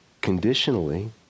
conditionally